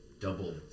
double